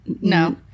no